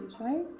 right